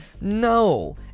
no